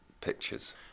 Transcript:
pictures